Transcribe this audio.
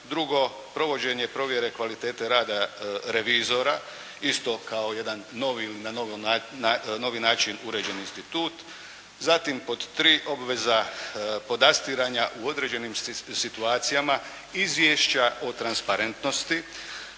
Drugo, provođenje provjere kvalitete rada revizora isto kao jedan novi ili na novi način uređen institut. Zatim pod tri obveza podastiranja u određenim situacijama izvješća o transparentnosti